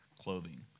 clothing